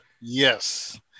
yes